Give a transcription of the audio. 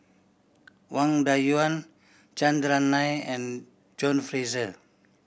Wang Dayuan Chandran Nair and John Fraser